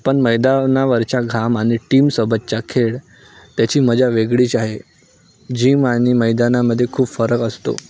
पण मैदानावरच्या घाम आणि टीमसोबतच्या खेळ त्याची मजा वेगळीच आहे जिम आणि मैदानामध्ये खूप फरक असतो